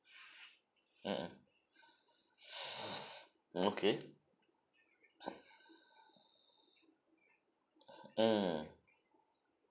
mm mm okay mm